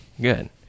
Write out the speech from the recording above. good